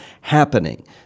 happening